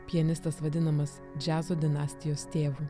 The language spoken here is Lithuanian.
pianistas vadinamas džiazo dinastijos tėvu